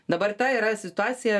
dabar tai yra situacija